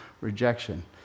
rejection